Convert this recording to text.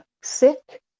sick